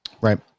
Right